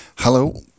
Hello